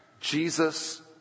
Jesus